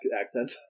accent